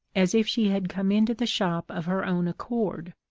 as if she had come into the shop of her own accord.